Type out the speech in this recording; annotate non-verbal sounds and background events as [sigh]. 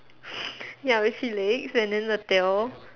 [noise] ya we see legs and then the tail